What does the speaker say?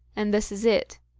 and this is it